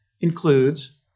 includes